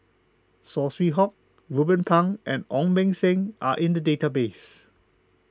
Saw Swee Hock Ruben Pang and Ong Beng Seng are in the database